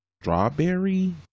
strawberry